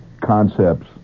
concepts